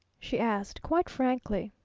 she asked quite frankly.